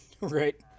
Right